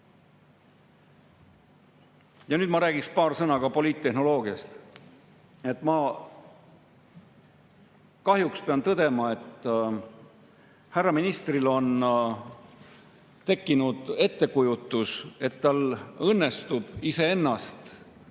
nüüd ma räägin paar sõna ka poliittehnoloogiast. Kahjuks pean tõdema, et härra ministril on tekkinud ettekujutus, et tal õnnestub iseennast,